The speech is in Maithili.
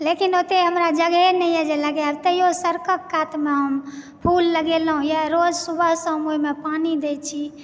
लेकिन ओत्ते हमरा जगहये नहि अछि जे लगायब तय्यो सड़कक कात मे हम फूल लगेलहुॅं यऽ रोज सुबह शाम ओहिमे पानि दै छी